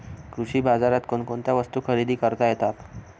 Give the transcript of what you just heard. कृषी बाजारात कोणकोणत्या वस्तू खरेदी करता येतात